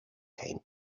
came